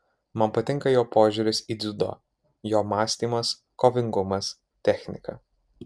man patinka jo požiūris į dziudo jo mąstymas kovingumas technika